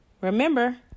Remember